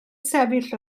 sefyll